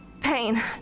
pain